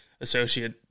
associate